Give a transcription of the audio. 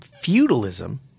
feudalism